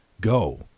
go